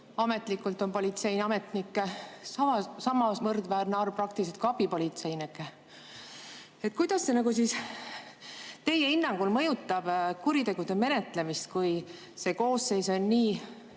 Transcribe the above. ametlikult on politseiametnikke peaaegu samaväärne arv kui abipolitseinikke. Kuidas see teie hinnangul mõjutab kuritegude menetlemist, kui see koosseis on nii